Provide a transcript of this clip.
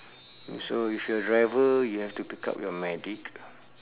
so if you are driver you have to pick up your medic